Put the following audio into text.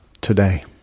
today